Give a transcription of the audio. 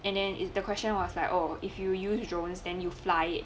and then is the question was like oh if you use drones than you fly it